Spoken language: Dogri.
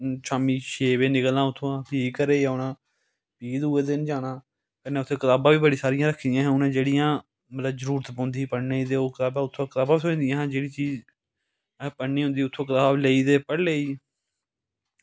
शामीं छे बजे निकलना उत्थुआं भी घरै गी औना भी दूऐ दिन जाना ते कन्नै उत्थें कताबां बी बड़ी हारी रक्खी दियां हियां जेह्ड़ि्यां उनें बड़ी जरूरत पौंदी ही पढ़ने दी ते कताबां थ्होई जदियां हियां जेह्ड़ी चीज़ पढ़नी होंदी ही ते उत्थुआं कताब लेई ते पढ़ी लेई